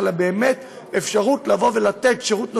אלא באמת אפשרות לתת שירות נוסף,